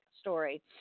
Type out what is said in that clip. story